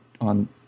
on